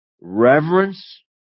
reverence